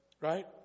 right